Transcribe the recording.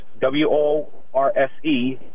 W-O-R-S-E